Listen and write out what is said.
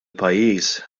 pajjiż